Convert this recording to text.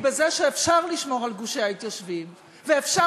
היא בזה שאפשר לשמור על גושי ההתיישבות ואפשר